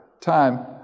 time